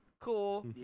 cool